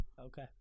Okay